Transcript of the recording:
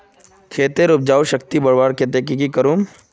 खेतेर उपजाऊ शक्ति बढ़वार केते की की करूम?